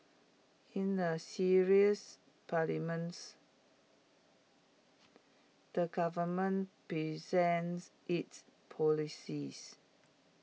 in the serious parliaments the government presents its policies